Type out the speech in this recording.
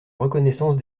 reconnaissance